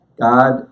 God